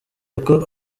uko